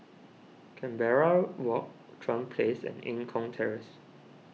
Canberra Walk Chuan Place and Eng Kong Terrace